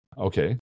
Okay